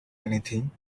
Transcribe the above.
anything